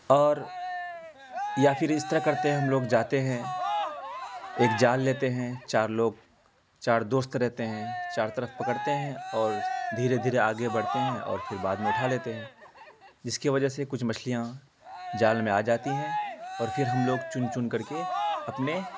اور یا پھر اس طرح کرتے ہیں ہم لوگ جاتے ہیں ایک جال لیتے ہیں چار لوگ چار دوست رہتے ہیں چار طرف پکڑتے ہیں اور دھیرے دھیرے آگے بڑھتے ہیں اور پھر بعد میں اٹھا لیتے ہیں جس کی وجہ سے کچھ مچھلیاں جال میں آ جاتی ہیں اور پھر ہم لوگ چن چن کر کے اپنے